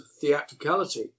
theatricality